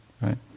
right